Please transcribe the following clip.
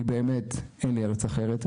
כי באמת אין לי ארץ אחרת.